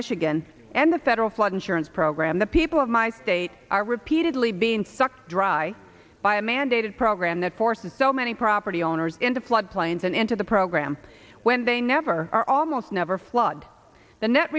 michigan and the federal flood insurance program the people of my state are repeatedly being sucked dry by a mandated program that forces so many property owners into flood plains and into the program when they never are almost never flood the net